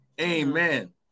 Amen